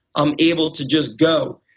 i'm able to just go.